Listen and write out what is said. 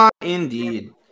indeed